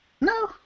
No